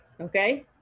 okay